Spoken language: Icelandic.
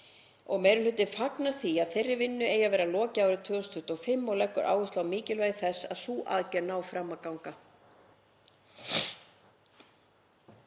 Meiri hlutinn fagnar því að þeirri vinnu eigi að vera lokið árið 2025 og leggur áherslu á mikilvægi þess að sú aðgerð nái fram að ganga.